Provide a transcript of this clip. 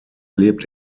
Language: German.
lebt